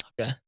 okay